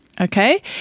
Okay